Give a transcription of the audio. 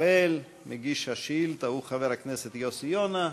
מגיש השאילתה הוא חבר הכנסת יוסי יונה.